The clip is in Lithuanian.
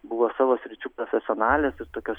buvo savo sričių profesionalės tokios